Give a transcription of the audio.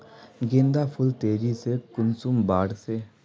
गेंदा फुल तेजी से कुंसम बार से?